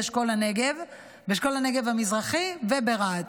באשכול הנגב המזרחי וברהט,